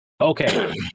Okay